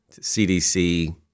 CDC